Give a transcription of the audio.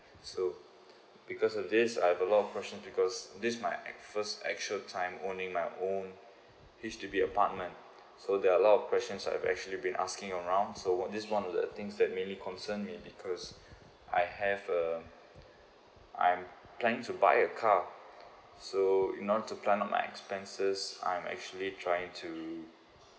so because of this I have a lot of question because this my act~ first actual time owning my own H_D_B apartment so there are a lot of questions I've actually been asking around so what this one of the things that mainly concern me because I have uh I'm planning to buy a car so in order to plan of my expenses I am actually trying to